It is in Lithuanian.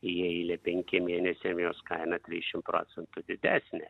į eilę penkiem mėnesiam jos kaina trisdešim procentų didesnė